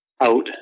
out